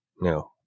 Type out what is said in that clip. No